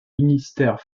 ministère